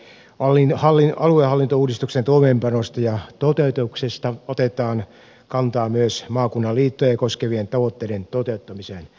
valtioneuvoston selonteossa eduskunnalle aluehallintouudistuksen toimeenpanosta ja toteutuksesta otetaan kantaa myös maakunnan liittoja koskevien tavoitteiden toteuttamiseen